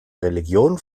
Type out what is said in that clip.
religion